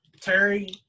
terry